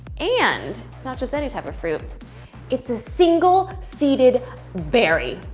and it's not just any type of fruit it's a single seeded berry.